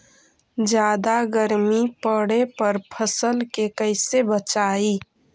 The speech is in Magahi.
जादा गर्मी पड़े पर फसल के कैसे बचाई?